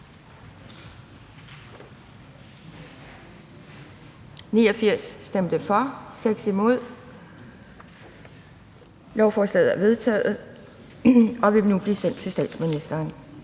stemte 2 (NB). Lovforslaget er vedtaget og vil nu blive sendt til statsministeren.